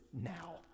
now